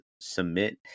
submit